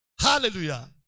Hallelujah